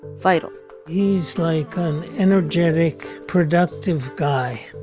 vital he's like an energetic, productive guy.